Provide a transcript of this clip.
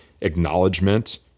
acknowledgement